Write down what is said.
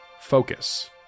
focus